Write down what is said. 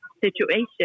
situation